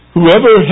Whoever